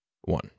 one